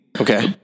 Okay